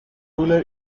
ruler